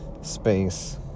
space